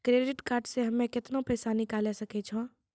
Credit card से हम्मे केतना पैसा निकाले सकै छौ?